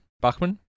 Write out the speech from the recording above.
Bachman